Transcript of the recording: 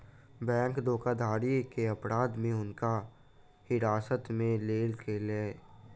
bank धोखाधड़ी के अपराध में हुनका हिरासत में लेल गेलैन